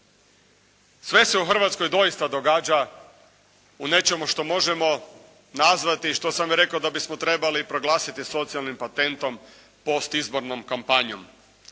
Sve se u Hrvatskoj doista događa u nečemu što možemo nazvati i što sam ja rekao da bi trebali proglasiti socijalnim patentom, postizbornom kampanjom.